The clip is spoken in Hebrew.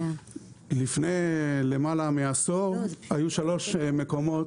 לפני למעלה מעשור היו שלוש מקומות,